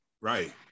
right